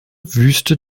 wüste